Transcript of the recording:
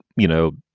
you know,